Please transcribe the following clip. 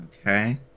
okay